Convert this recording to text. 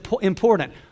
important